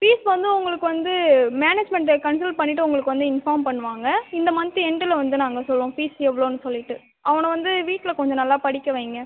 fees வந்து உங்களுக்கு வந்து மேனேஜ்மெண்கிட்ட கன்சல் பண்ணிவிட்டு உங்களுக்கு வந்து இன்ஃபார்ம் பண்ணுவாங்க இந்த மன்த்து எண்டில் வந்து நாங்கள் சொல்வோம் ஃபீஸ் எவ்வளோன்னு சொல்லிட்டு அவனை வந்து வீட்டில் கொஞ்சம் நல்லா படிக்க வைங்க